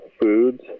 foods